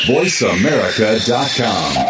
VoiceAmerica.com